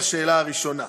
על השאלה הראשונה: